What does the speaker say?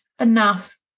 enough